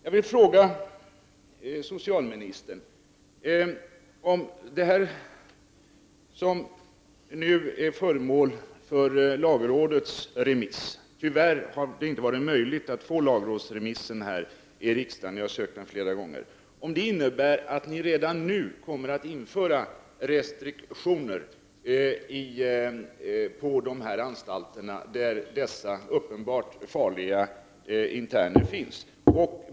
Jag vill fråga socialministern om det som nu är föremål för lagrådets remiss innebär att ni redan nu kommer att införa restriktioner på de anstalter där dessa uppenbart farliga interner finns. Tyvärr har det inte varit möjligt att få tillgång till lagrådsremissen här i riksdagen. Jag har sökt den flera gånger.